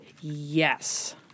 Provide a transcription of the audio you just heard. yes